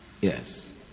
yes